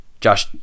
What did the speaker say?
Josh